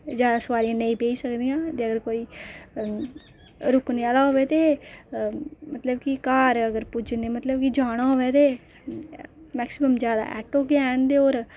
ज्यादा सुआरियां नेईं बेही सकदियां ते अगर कोई रोकने आहला होऐ ते मतलब कि घर अगर पुज्जने मतलब कि जाना होऐ ते मैक्सिमम ज्यादा आटो गै हैन ते